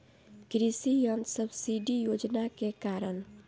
कृषि यंत्र सब्सिडी योजना के कारण?